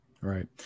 Right